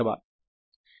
By Gauss' law E